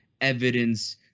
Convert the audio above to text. evidence